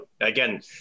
again